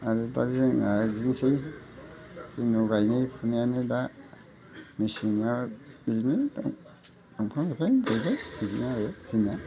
आरो दा जोंना बिदिनोसै जोंनाव गायनाय फुनायानो दा मेसेंना बिदिनो दंफां लाइफां गायबाय बिदिनो आरो जोंनिया